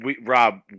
Rob